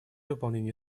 выполнения